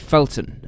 Felton